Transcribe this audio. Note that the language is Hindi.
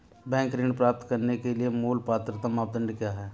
बैंक ऋण प्राप्त करने के लिए मूल पात्रता मानदंड क्या हैं?